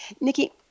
Nikki